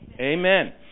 Amen